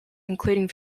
including